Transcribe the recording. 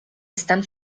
están